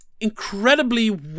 incredibly